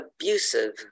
abusive